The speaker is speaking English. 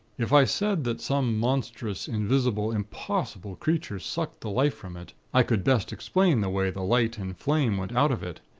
if i said that some monstrous, invisible, impossible creature sucked the life from it, i could best explain the way the light and flame went out of it.